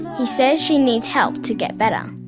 he says she needs help to get better.